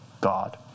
God